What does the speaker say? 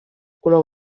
color